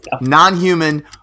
non-human